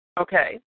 Okay